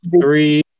three